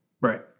Right